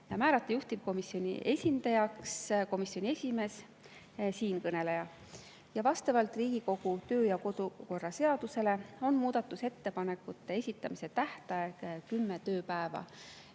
ja määrata juhtivkomisjoni esindajaks komisjoni esimees, siinkõneleja. Vastavalt Riigikogu kodu‑ ja töökorra seadusele on muudatusettepanekute esitamise tähtaeg kümme tööpäeva.